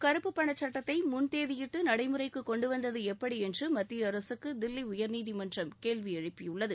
கருப்பு பணச்சட்டத்தை முன்தேதியிட்டு நடைமுறைக்கு கொண்டுவந்தது எப்படி என்று மத்திய அரசுக்கு தில்லி உயர்நீதிமன்றம் கேள்வி எழுப்பியுள்ளது